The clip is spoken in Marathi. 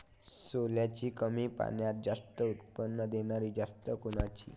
सोल्याची कमी पान्यात जास्त उत्पन्न देनारी जात कोनची?